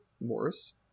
Morris